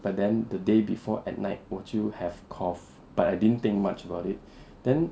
but then the day before at night 我就 have cough but I didn't think much about it then